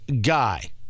guy